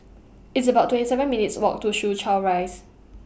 It's about twenty seven minutes' Walk to Soo Chow Rise